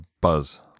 buzz